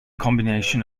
combination